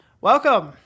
Welcome